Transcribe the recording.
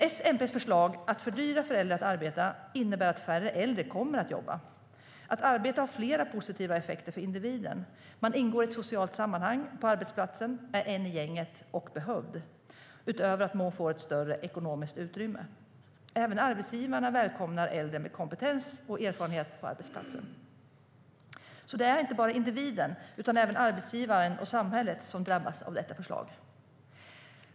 S och MP:s förslag att fördyra för äldre att arbeta innebär att färre äldre kommer att jobba. Att arbeta har flera positiva effekter för individen. Man ingår i ett socialt sammanhang på arbetsplatsen, är en i gänget och behövd, utöver att man får ett större ekonomiskt utrymme. Även arbetsgivarna välkomnar äldre med kompetens och erfarenhet på arbetsplatsen. Det är inte bara individen utan även arbetsgivaren och samhället som drabbas av detta förslag.